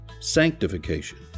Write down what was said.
sanctification